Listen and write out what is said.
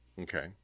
Okay